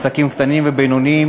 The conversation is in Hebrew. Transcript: עסקים קטנים ובינוניים,